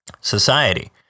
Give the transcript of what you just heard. society